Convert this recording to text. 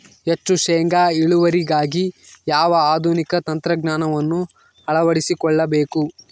ಹೆಚ್ಚು ಶೇಂಗಾ ಇಳುವರಿಗಾಗಿ ಯಾವ ಆಧುನಿಕ ತಂತ್ರಜ್ಞಾನವನ್ನು ಅಳವಡಿಸಿಕೊಳ್ಳಬೇಕು?